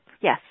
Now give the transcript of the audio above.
yes